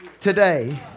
Today